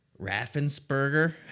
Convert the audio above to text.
Raffensperger